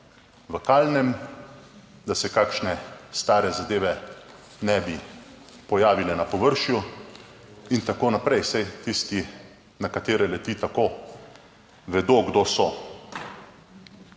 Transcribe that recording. v kalnem, da se kakšne stare zadeve ne bi pojavile na površju in tako naprej, saj tisti, na katere leti, tako vedo, kdo so.